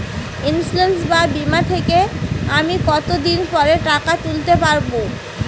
Insurance বা বিমা থেকে আমি কত দিন পরে টাকা তুলতে পারব?